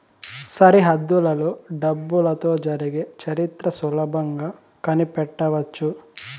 సరిహద్దులలో డబ్బులతో జరిగే చరిత్ర సులభంగా కనిపెట్టవచ్చు